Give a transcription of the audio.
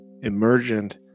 emergent